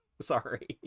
sorry